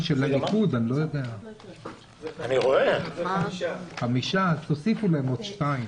הכללים של התוספת השנייה המחייבים את המעסיק.